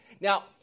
Now